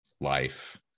life